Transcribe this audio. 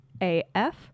AF